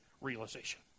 realization